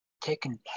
taken